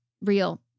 real